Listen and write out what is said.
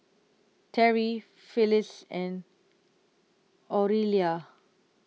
Terrie Phillis and Aurelia